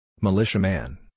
Militiaman